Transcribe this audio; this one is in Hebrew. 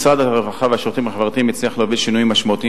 משרד הרווחה והשירותים החברתיים הצליח להוביל שינויים משמעותיים